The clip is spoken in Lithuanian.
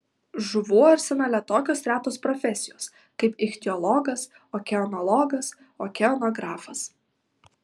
žuvų arsenale tokios retos profesijos kaip ichtiologas okeanologas okeanografas